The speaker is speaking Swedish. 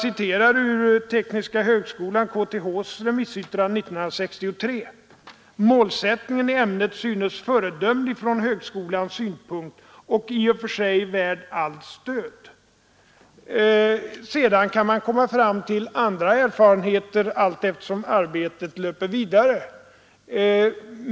I tekniska högskolans remissyttrande 1963 framhålles att målsättningen i ämnet synes föredömlig från högskolans synpunkt och i och för sig värd allt stöd. Sedan kan man komma fram till andra erfarenheter allteftersom arbetet löper vidare.